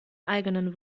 eigenen